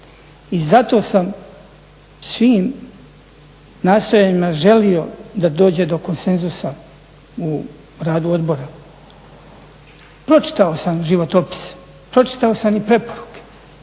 I zato sam svim nastojanjima želio da dođe do konsenzusa u radu odbora. Pročitao sam životopis, pročita sam i preporuke